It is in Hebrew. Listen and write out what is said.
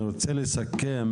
אני רוצה לסכם.